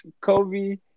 Kobe